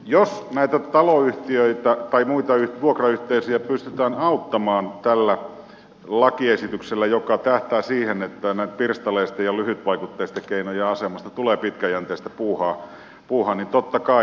jos näitä taloyhtiöitä tai muita vuokrayhteisöjä pystytään auttamaan tällä lakiesityksellä joka tähtää siihen että näiden pirstaleisten ja lyhytvaikutteisten keinojen asemasta tulee pitkäjänteistä puuhaa niin totta kai